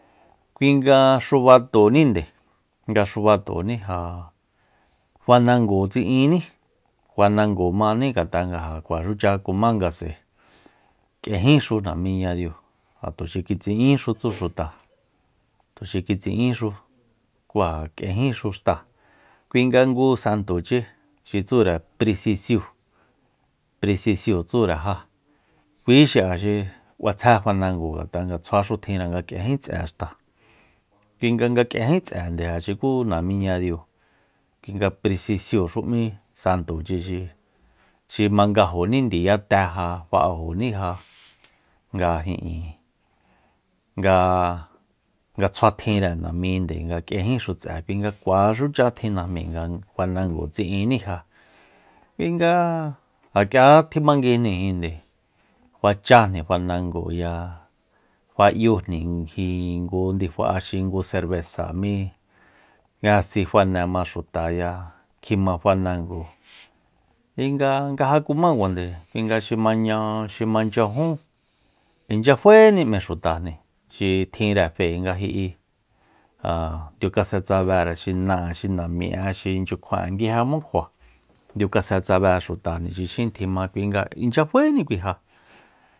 Kui nga xubatonínde nga xubatoní ja fanango tsi'iní fanango maní ngat'a kuaxucha kumá nga s'ae k'ienjíxu namiñadiu ja tuxi kitsi'ínxu tsu xuta tuxi kitsi'inxu ku ja k'ienjíxuxta kui nga ngu santo chi xi tsure prisisiu- prisisiu tsure ja kui xi'a xi k'uatsjé fanango ngt'a nga tsjuaxu tjinre nga kíenjí ts'e xta kuinga nga k'ienjí ts'ejande xuku namíña diu kui nga prisisiu xu m'í santochi xi mangajoní ndiyate ja fa'ajoníja nga ijin nga- nga tsjua tjinre namínde nga k'iejíxu ts'e kui nga kuaxucha tjin najmi nga fanango tsiiníja kui nga ja k'ia tjimanguijni jin nde fa chájni fanango ya fa 'yujni ngui ngu ndifa axi ngu serbesa mi nga sifane ma xutaya kjima fanango kuinga nga ja kuma kuajande kuinga xi maña xi manchyajun inchya faéni m'e xutajni xi tjinre fe nga ji'i ja ndiukase tsabere xi na'e xinami'e xi nchyukjuan'e nguijema kjua ndiukase tsabe xutajni xi xín tjima kuinga inchya faéni kui ja